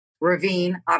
Ravine